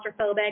claustrophobic